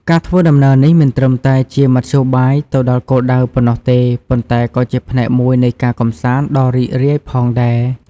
ការធ្វើដំណើរនេះមិនត្រឹមតែជាមធ្យោបាយទៅដល់គោលដៅប៉ុណ្ណោះទេ ប៉ុន្តែក៏ជាផ្នែកមួយនៃការកម្សាន្តដ៏រីករាយផងដែរ។